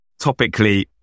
Topically